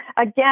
again